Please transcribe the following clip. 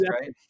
right